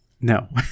No